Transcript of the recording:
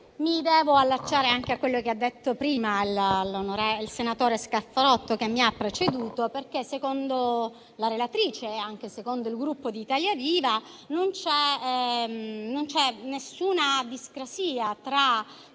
Mi devo allacciare anche a quello che ha detto il senatore Scalfarotto, che mi ha preceduto, perché, secondo la relatrice e anche secondo il Gruppo Italia Viva, non c'è nessuna discrasia e